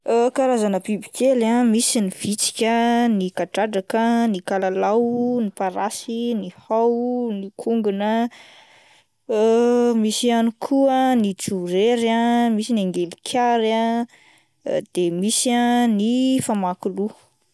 Karazana bibikely misy ny vitsika, ny kadradraka, ny kalalo, ny parasy, ny hao, ny kongona, misy ihany koa ny jorery ah, misy ny angely kary ah, de misy ah ny famakiloha.